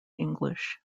english